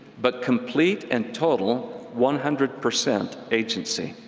but complete and total one hundred percent agency.